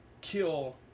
kill